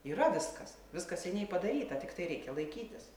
yra viskas viskas seniai padaryta tiktai reikia laikytis